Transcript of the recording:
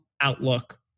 Outlook